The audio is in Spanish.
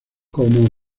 como